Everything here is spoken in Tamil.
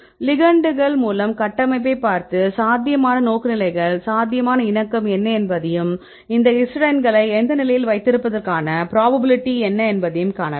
லிகெெண்டுகள் மூலம் கட்டமைப்பைப் பார்த்து சாத்தியமான நோக்குநிலைகள் சாத்தியமான இணக்கம் என்ன என்பதையும் இந்த ஹிஸ்டைடின்களை எந்த நிலையில் வைத்திருப்பதற்கான புரோபாபிலிடி என்ன என்பதையும் காணலாம்